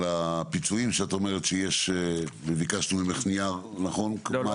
על הפיצויים וביקשנו ממך נייר -- לא,